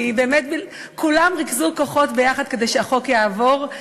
כי באמת כולם ריכזו כוחות ביחד כדי שהחוק יעבור.